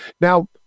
Now